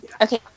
Okay